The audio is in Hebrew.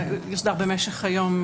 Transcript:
יוסדר במשך היום,